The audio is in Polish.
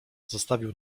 zostawił